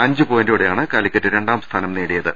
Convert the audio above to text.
അഞ്ച് പോയി ന്റോടെയാണ് കാലിക്കറ്റ് രണ്ടാംസ്ഥാനം നേടിയത്